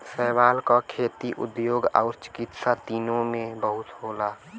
शैवाल क खेती, उद्योग आउर चिकित्सा तीनों में बहुते होला